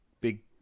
big